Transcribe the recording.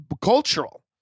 cultural